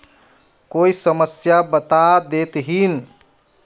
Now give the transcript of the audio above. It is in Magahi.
कोई समस्या बता देतहिन?